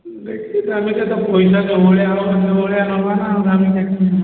ଦେଖିଥାନ୍ତି କେତେ ପଇସା ଭଳିଆ ନେବାନା ନହନେ